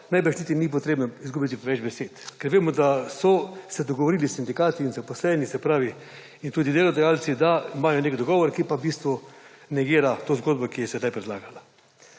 najbrž niti ni potrebno izgubljati več besed, ker vemo, da so se dogovorili s sindikati in zaposleni, se pravi in tudi delodajalci, da imajo nek dogovor, ki pa v bistvu negira to zgodbo, ki je sedaj predlagana.